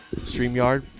Streamyard